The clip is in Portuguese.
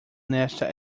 nesta